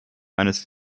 eines